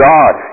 God